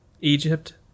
Egypt